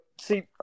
see